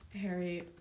Harry